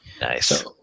Nice